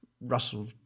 Russell